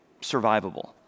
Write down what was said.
survivable